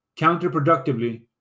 counterproductively